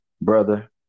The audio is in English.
brother